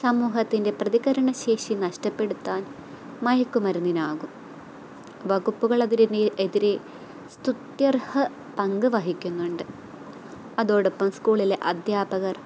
സമൂഹത്തിൻ്റെ പ്രതികരണ ശേഷി നഷ്ട്ടപ്പെടുത്താൻ മയക്കുമരുന്നിനാകും വകുപ്പുകളെതിരെ എതിരെ സുതുത്യർഹ പങ്ക് വഹിക്കുന്നുണ്ട് അതോടൊപ്പം സ്കൂളിലെ അധ്യാപകർ